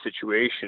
situation